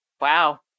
Wow